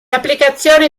applicazioni